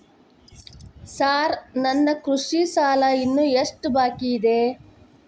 Sir ನನ್ನ ಕೃಷಿ ಸಾಲ ಇನ್ನು ಎಷ್ಟು ಬಾಕಿಯಿದೆ?